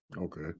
Okay